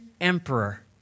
emperor